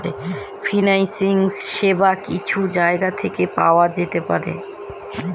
financing সেবা কিছু জায়গা থেকে পাওয়া যেতে পারে